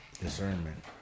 Discernment